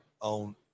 on